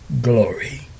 glory